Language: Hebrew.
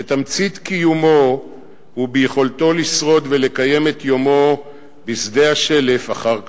שתמצית קיומו היא ביכולתו לשרוד ולקיים את יומו בשדה השלף אחר קציר.